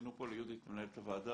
להשלים משפט.